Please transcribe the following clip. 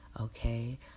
okay